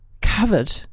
covered